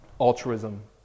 altruism